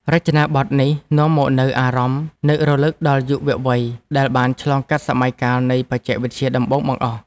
រចនាប័ទ្មនេះនាំមកនូវអារម្មណ៍នឹករលឹកដល់យុវវ័យដែលបានឆ្លងកាត់សម័យកាលនៃបច្ចេកវិទ្យាដំបូងបង្អស់។